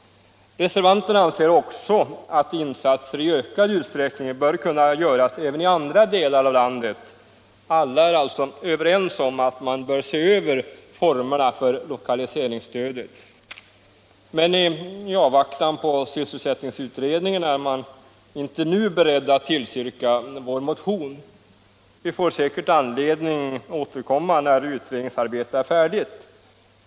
Reservanterna anser också att insatser i ökad utsträckning bör kunna göras även i andra delar av landet. Alla är alltså överens om att man bör se över formerna för lokaliseringsstödet, men i avvaktan på sysselsättningsutredningen är man inte nu beredd att tillstyrka vår motion. Vi får säkert anledning återkomma när utredningsarbetet är färdigt.